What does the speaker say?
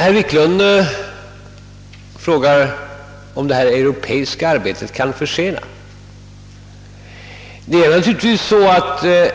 Herr Wiklund frågar om det europeiska arbetet kan försena verksamheten.